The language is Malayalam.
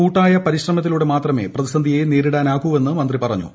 കൂട്ടായ പരിശ്രമത്തിലൂടെ മാത്രമേ പ്രതിസന്ധിയെ നേരിടാനാകൂവെന്ന് മന്ത്രി പറഞ്ഞു